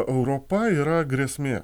europa yra grėsmė